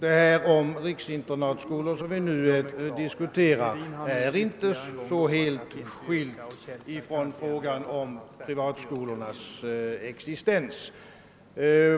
Frågan om riksinternatskolorna, som vi nu behandlar, är inte så helt skild från frågan om privatskolornas existens.